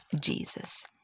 Jesus